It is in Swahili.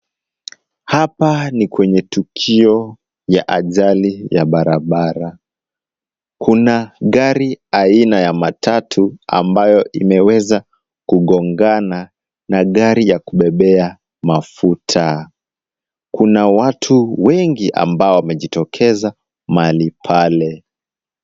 Hapa ni kwenye tukio ya ajali ya barabara. Kuna gari aina ya matatu ambayo imeweza kugongana na gari ya kubebea mafuta. Kuna watu wengi ambao wamejitokeza mahali pale.